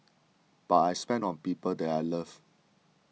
but I spend on people that I love